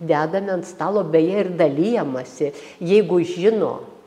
dedame ant stalo beje ir dalijamasi jeigu žino